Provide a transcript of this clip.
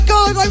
God